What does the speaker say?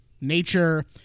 nature